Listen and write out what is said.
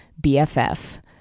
bff